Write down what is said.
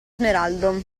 smeraldo